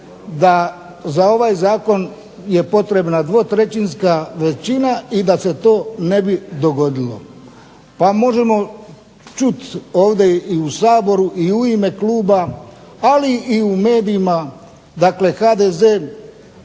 da za ovaj zakon je potrebna dvotrećinska većina i da se to ne bi dogodilo. Pa možemo čuti ovdje i u Saboru i u ime kluba, ali i u medijima dakle HDZ